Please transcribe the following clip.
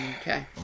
Okay